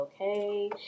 Okay